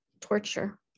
torture